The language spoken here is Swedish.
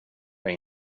dig